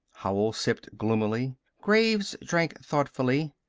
howell sipped gloomily. graves drank thoughtfully.